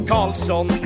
Carlson